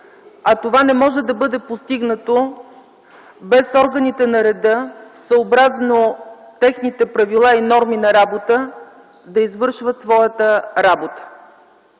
а това не може да бъде постигнато без органите на реда, съобразно техните правила и норми, да извършват своята работа.